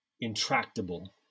intractable